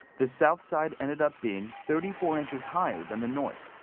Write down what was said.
the south side ended up being thirty four inches higher than the north.